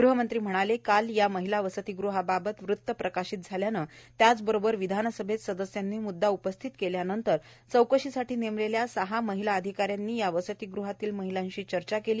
गृहमंत्री म्हणाले काल या महिला वसतीगृहाबाबत वृत्त प्रकाशित झाल्याने त्याचबरोबर विधानसभेत सदस्यांनी मुद्दा उपिस्थत केल्यानंतर चौकशीसाठी नेमलेल्या सहा महिला अधिकाऱ्यांनी या वसतीगृहातील महिलांशी चर्चा केली